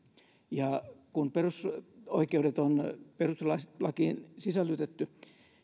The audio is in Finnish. ja kun perusoikeudet on perustuslakiin sisällytetty